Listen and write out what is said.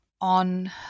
on